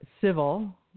civil